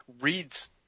reads